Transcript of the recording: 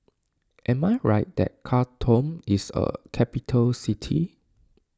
am I right that Khartoum is a capital city